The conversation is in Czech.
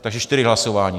Takže čtyři hlasování.